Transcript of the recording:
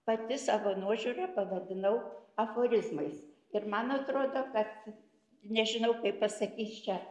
pati savo nuožiūra pavadinau aforizmais ir man atrodo kad nežinau kaip pasakys čia